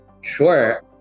Sure